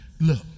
Look